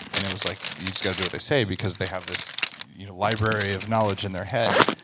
and it was like you just gotta do what they say because they have this library of knowledge in their head.